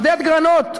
עודד גרנות,